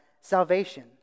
salvation